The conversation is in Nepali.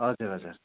हजुर हजुर